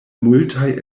multaj